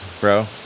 bro